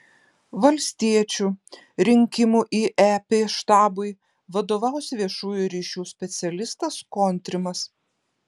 valstiečių rinkimų į ep štabui vadovaus viešųjų ryšių specialistas kontrimas